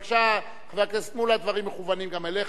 בבקשה, חבר הכנסת מולה, הדברים מכוונים גם אליך.